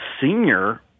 senior